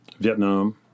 Vietnam